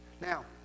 Now